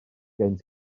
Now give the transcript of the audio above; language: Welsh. gen